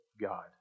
God